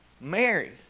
Mary